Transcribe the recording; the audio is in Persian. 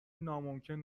ناممکن